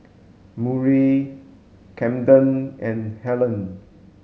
Murry Camden and Hellen